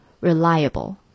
reliable